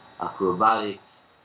acrobatics